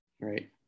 Right